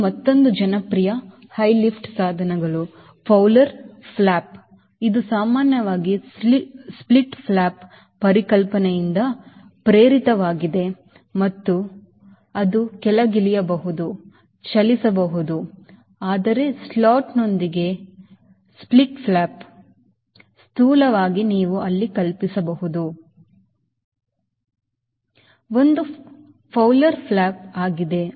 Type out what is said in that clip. ಇದು ಮತ್ತೊಂದು ಜನಪ್ರಿಯ ಹೈ ಲಿಫ್ಟ್ ಸಾಧನಗಳು ಫೌಲರ್ ಫ್ಲಾಪ್ ಇದು ಸಾಮಾನ್ಯವಾಗಿ ಸ್ಪ್ಲಿಟ್ ಫ್ಲಾಪ್ ಪರಿಕಲ್ಪನೆಯಿಂದ ಪ್ರೇರಿತವಾಗಿದೆ ಮತ್ತು ಅಂದರೆ ಅದು ಕೆಳಗಿಳಿಯಬಹುದು ಚಲಿಸಬಹುದು ಆದರೆ ಸ್ಲಾಟ್ನೊಂದಿಗೆ ಸ್ಲಾಟ್ನೊಂದಿಗೆ ಸ್ಪ್ಲಿಟ್ ಫ್ಲಾಪ್ ಸ್ಥೂಲವಾಗಿ ನೀವು ಅಲ್ಲಿ ಕಲ್ಪಿಸಬಹುದು ಒಂದು ಫೌಲರ್ ಫ್ಲಾಪ್ ಆಗಿದೆ